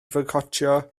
foicotio